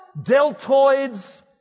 deltoids